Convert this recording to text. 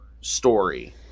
story